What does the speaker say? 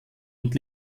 und